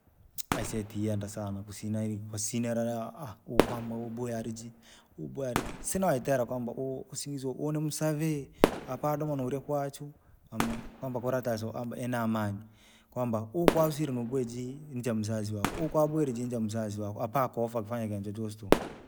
aisee tiyenda sana kusina kusina ukwamba uboyarajii, ubooyaraji! Sinayotera kwamba huu kasingiziwa uhuu ni msavii, hapana doma nauri kwacha, hanuna kwamba kula taso abe na amani. Ukwamba ukuasire noeboyeejii nijamazazii wakoo noeboyei jii jamzazii wako hapakofaa kufanya kintu chochasi tuku.